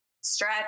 stretch